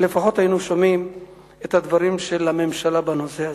היינו שומעים את הדברים של הממשלה בנושא הזה.